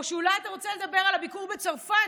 או שאולי אתה רוצה לדבר על הביקור בצרפת?